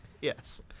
Yes